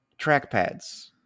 Trackpads